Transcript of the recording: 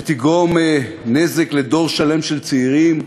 שתגרום נזק לדור שלם של צעירים,